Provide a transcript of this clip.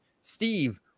Steve